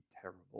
terrible